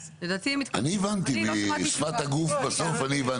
אני הבנתי משפת הגוף בסוף אני הבנתי.